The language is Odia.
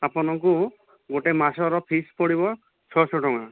ଆପନଙ୍କୁ ଗୋଟେ ମାସର ଫିସ୍ ପଡ଼ିବ ଛଅଶହ ଟଙ୍କା